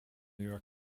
york